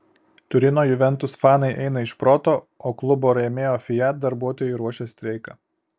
turino juventus fanai eina iš proto o klubo rėmėjo fiat darbuotojai ruošia streiką